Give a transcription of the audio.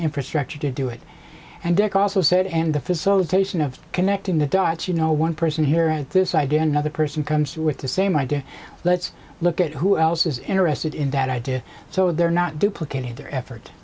infrastructure to do it and dick also said and the facilitation of connecting the dots you know one person here at this idea another person comes with the same idea let's look at who else is interested in that idea so they're not duplicating